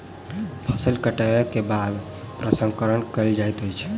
फसिल कटै के बाद प्रसंस्करण कयल जाइत अछि